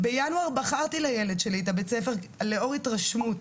בינואר בחרתי לילד שלי את בית הספר לאור ההתרשמות,